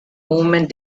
movement